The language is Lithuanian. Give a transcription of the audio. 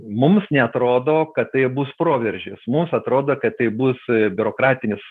mums neatrodo kad tai bus proveržis mums atrodo kad tai bus biurokratinis